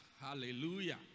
Hallelujah